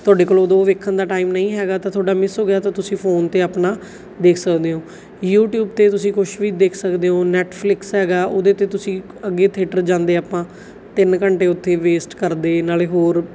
ਤੁਹਾਡੇ ਕੋਲ ਉਦੋਂ ਵੇਖਣ ਦਾ ਟਾਈਮ ਨਹੀਂ ਹੈਗਾ ਤਾਂ ਤੁਹਾਡਾ ਮਿਸ ਹੋ ਗਿਆ ਤਾਂ ਤੁਸੀਂ ਫੋਨ 'ਤੇ ਆਪਣਾ ਦੇਖ ਸਕਦੇ ਹੋ ਯੂਟੀਊਬ 'ਤੇ ਤੁਸੀਂ ਕੁਛ ਵੀ ਦੇਖ ਸਕਦੇ ਹੋ ਨੈਟਫਲਿਕਸ ਹੈਗਾ ਉਹਦੇ 'ਤੇ ਤੁਸੀਂ ਅੱਗੇ ਥਿਏਟਰ ਜਾਂਦੇ ਆਪਾਂ ਤਿੰਨ ਘੰਟੇ ਉੱਥੇ ਵੇਸਟ ਕਰਦੇ ਨਾਲੇ ਹੋਰ